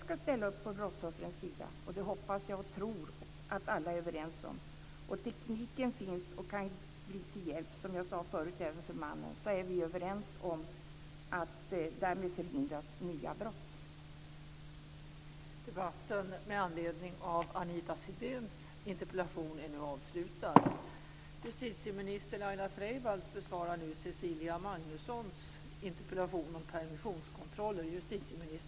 Jag hoppas och tror att alla är överens om att vi ska ställa upp på brottsoffrens sida. Tekniken finns och kan bli till hjälp även för mannen, som jag sade tidigare. Då är vi också överens om att man därmed förhindrar nya brott.